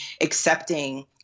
accepting